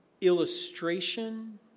illustration